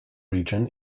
region